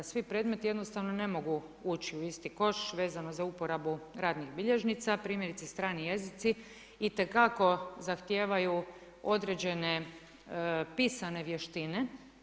Svi predmeti jednostavno ne mogu ući u isti koš, vezano za uporabu radnih bilježnica, primjerice strani jezici itekako zahtijevaju određene pisane vještine.